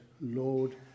Lord